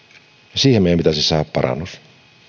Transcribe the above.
siihen meidän pitäisi saada parannus